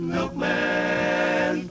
Milkman